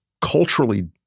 culturally